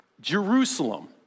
Jerusalem